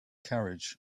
carriage